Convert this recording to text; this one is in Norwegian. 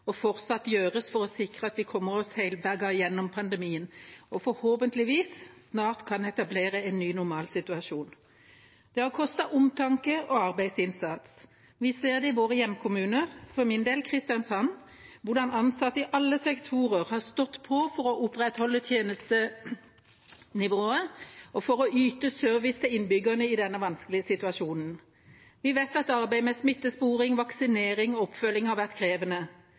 og fortsatt gjøres for å sikre at vi kommer oss velberget gjennom pandemien og forhåpentligvis snart kan etablere en normalsituasjon. Det har kostet omtanke og arbeidsinnsats. Vi ser i våre hjemkommuner, for min del Kristiansand, hvordan ansatte i alle sektorer har stått på for å opprettholde tjenestenivået og yte service til innbyggerne i denne vanskelige situasjonen. Vi vet at arbeidet med smittesporing, vaksinering og oppfølging har vært krevende,